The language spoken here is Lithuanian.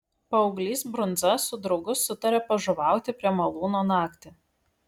paauglys brundza su draugu sutarė pažuvauti prie malūno naktį